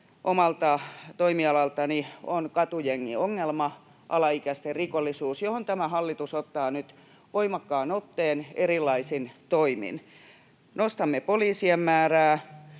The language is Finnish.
omalta toimialaltani on katujengiongelma, alaikäisten rikollisuus, johon tämä hallitus ottaa nyt voimakkaan otteen erilaisin toimin. Nostamme poliisien määrää,